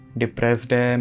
depressed